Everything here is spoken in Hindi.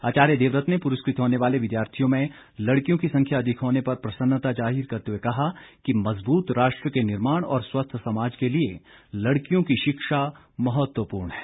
आचार्य देवव्रत ने पुरस्कृत होने वाले विद्यार्थियों में लड़कियों की संख्या अधिक होने पर प्रसन्नता जाहिर करते हुए कहा कि मजबूत राष्ट्र के निर्माण और स्वस्थ समाज के लिए लड़कियों की शिक्षा महत्वपूर्ण है